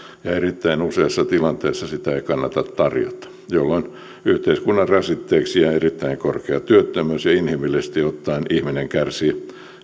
ja erittäin useissa tilanteissa sitä ei kannata tarjota jolloin yhteiskunnan rasitteeksi jää erittäin korkea työttömyys ja inhimillisesti ottaen ihminen kärsii